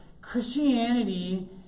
Christianity